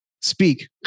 Speak